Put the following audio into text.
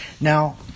Now